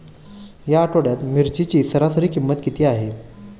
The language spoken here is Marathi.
या आठवड्यात मिरचीची सरासरी किंमत किती आहे?